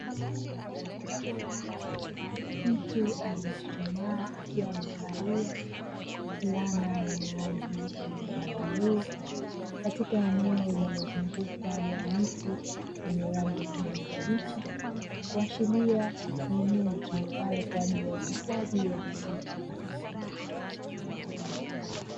Mtu aliyejichuchumaa akiwa amevalia fulana yenye rangi ya bluu katika eneo lilozungukwa na miti yenye rangi ya kijani kibichi, kuashiria ni eneo litumikalo kwa ajili ya uhifadhi wa misitu.